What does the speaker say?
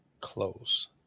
Close